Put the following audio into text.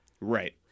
Right